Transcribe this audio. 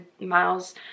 miles